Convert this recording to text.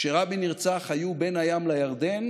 כשרבין נרצח היו בין הים לירדן